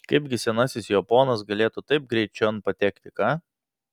kaipgi senasis jo ponas galėtų taip greit čion patekti ką